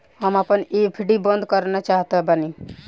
हम आपन एफ.डी बंद करना चाहत बानी